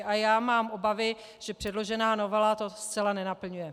A já mám obavy, že předložená novela to zcela nenaplňuje.